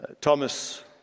Thomas